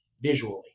visually